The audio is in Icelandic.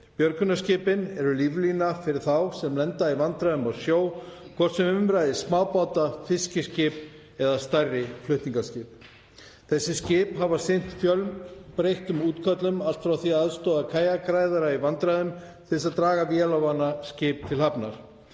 Björgunarskipin eru líflína fyrir þá sem lenda í vandræðum á sjó, hvort sem um ræðir smábáta, fiskiskip eða stærri flutningaskip. Þessi skip hafa sinnt fjölbreyttum útköllum, allt frá því að aðstoða kajakræðara í vandræðum til þess að draga vélarvana skip til hafnar.